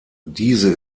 diese